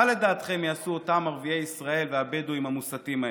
מה לדעתכם יעשו אותם ערביי ישראל והבדואים המוסתים האלה?